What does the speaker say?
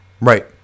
Right